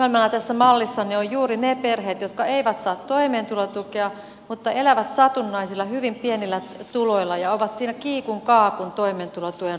ongelmana tässä mallissanne ovat juuri ne perheet jotka eivät saa toimeentulotukea mutta elävät satunnaisilla hyvin pienillä tuloilla ja ovat siinä kiikun kaakun toimeentulotuen rajalla